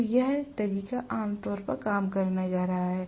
तो यह तरीका आम तौर पर काम करने जा रहा है